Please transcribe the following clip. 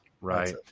right